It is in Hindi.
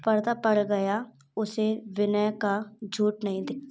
पर्दा पड़ गया उसे विनय का झूट नहीं दिखता